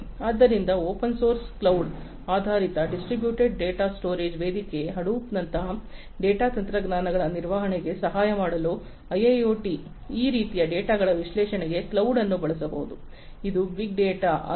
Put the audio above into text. ಆದ್ದರಿಂದ open source cloud ಆಧಾರಿತ distributed data storage ವೇದಿಕೆಯಾದ ಹಡೂಪ್ ನಂತಹ ಡೇಟಾ ತಂತ್ರಜ್ಞಾನಗಳ ನಿರ್ವಹಣೆಗೆ ಸಹಾಯ ಮಾಡಲು ಐಐಒಟಿಯಲ್ಲಿ ಈ ರೀತಿಯ ಡೇಟಾಗಳ ವಿಶ್ಲೇಷಣೆಗೆ ಕ್ಲೌಡ್ ಅನ್ನು ಬಳಸಬಹುದು ಇದು ಬಿಗ್ ಡೇಟಾ ಆಗಿದೆ